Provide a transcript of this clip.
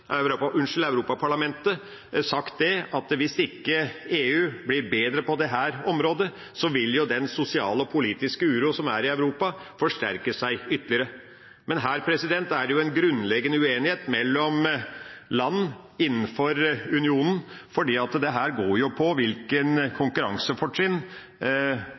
Europaparlamentet sagt at hvis ikke EU blir bedre på dette området, vil den sosiale og politiske uroen som er i Europa, forsterke seg ytterligere. Men her er det en grunnleggende uenighet mellom land innenfor unionen,